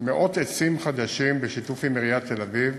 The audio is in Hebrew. מאות עצים חדשים, בשיתוף עם עיריית תל-אביב,